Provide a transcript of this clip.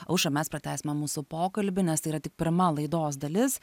aušra mes pratęsime mūsų pokalbį nes tai yra tik pirma laidos dalis